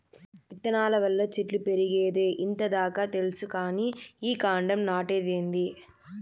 విత్తనాల వల్ల చెట్లు పెరిగేదే ఇంత దాకా తెల్సు కానీ ఈ కాండం నాటేదేందీ